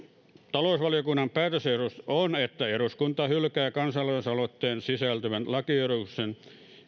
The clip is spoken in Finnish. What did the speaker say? talousvaliokunnan päätösehdotus on että eduskunta hylkää kansalaisaloitteeseen sisältyvän lakiehdotuksen